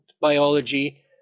biology